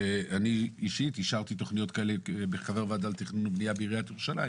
שאני אישית אישרתי תכניות כאלה כחבר ועדה לתכנון ובנייה בעירית ירושלים